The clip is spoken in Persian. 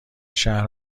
شهر